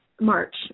March